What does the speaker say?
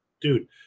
dude